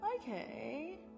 Okay